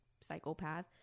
psychopath